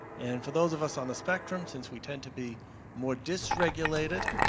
and for those of us on the spectrum since we toward to be more disregulated